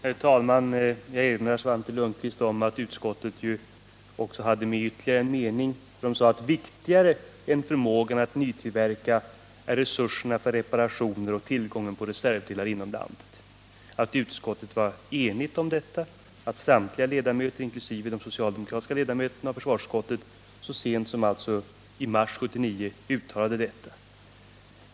Herr talman! Jag erinrar Svante Lundkvist om att utskottet hade med ytterligare en mening: ”Viktigare än förmågan att nytillverka är resurserna för reparationer och tillgången på reservdelar inom landet.” Jag erinrar vidare om att utskottet var enigt om detta, att samtliga ledamöter — inkl. de socialdemokratiska —- inom försvarsutskottet uttalade detta så sent som i mars 1979.